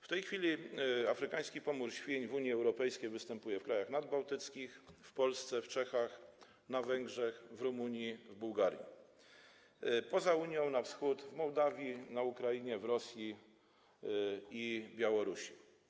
W tej chwili afrykański pomór świń w Unii Europejskiej występuje w krajach nadbałtyckich, w Polsce, w Czechach, na Węgrzech, w Rumunii, w Bułgarii, a poza Unią na wschodzie, w Mołdawii, na Ukrainie, w Rosji i na Białorusi.